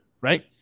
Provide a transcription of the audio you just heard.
Right